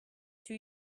too